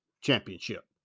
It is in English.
championship